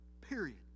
period